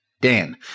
Dan